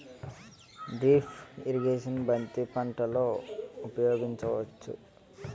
Drip irrigation బంతి పంటలో ఊపయోగించచ్చ?